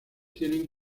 tienen